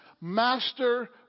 master